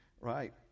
Right